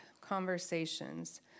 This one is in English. conversations